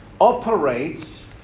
Operates